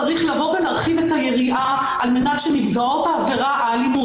צריך להרחיב את היריעה גם על נפגעות אלימות,